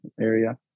area